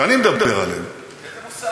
שאני מדבר עליהם, איזה מוסר?